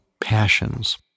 passions